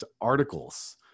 articles